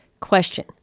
Question